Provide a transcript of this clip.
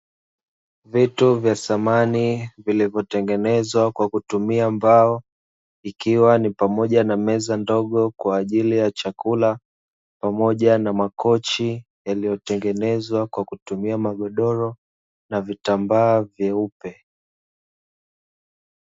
Vitu vya thamani vilivyotengenezwa kwa kutumia mbao, ikiwa ni pamoja na meza ndogo kwajili ya chakula, pamoja na makochi yaliyotengenezwa kwa kutumia magodoro na vitambaa vyeupe.